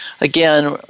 again